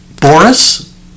Boris